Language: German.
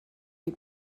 die